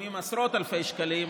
לפעמים עשרות אלפי שקלים,